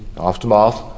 aftermath